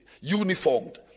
uniformed